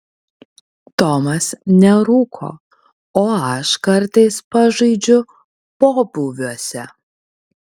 tomas nerūko o aš kartais pažaidžiu pobūviuose